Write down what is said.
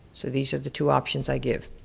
so these are the two options i give.